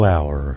Hour